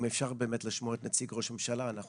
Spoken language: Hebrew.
אם אפשר לשמוע את נציג משרד ראש הממשלה,